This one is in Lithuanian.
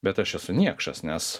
bet aš esu niekšas nes